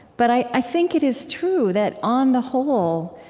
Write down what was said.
but i i think it is true that, on the whole,